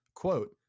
Quote